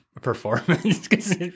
performance